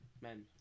Men